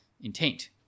intent